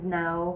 now